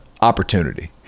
opportunity